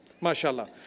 Mashallah